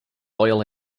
oil